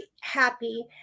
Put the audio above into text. happy